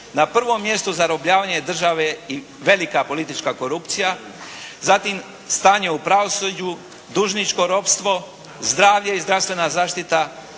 Na prvom mjestu zarobljavanje države i velika politička korupcija, zatim stanje u pravosuđu, dužničko ropstvo, zdravlje i zdravstvena zaštita,